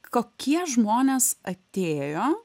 kokie žmonės atėjo